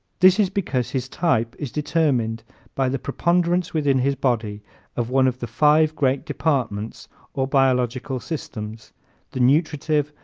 this is because his type is determined by the preponderance within his body of one of the five great departments or biological systems the nutritive,